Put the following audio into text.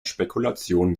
spekulation